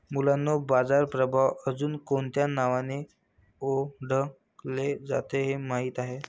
मुलांनो बाजार प्रभाव अजुन कोणत्या नावाने ओढकले जाते हे माहित आहे?